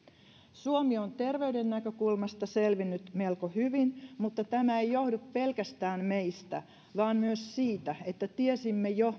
suomi on terveyden näkökulmasta selvinnyt melko hyvin mutta tämä ei johdu pelkästään meistä vaan myös siitä että tiesimme jo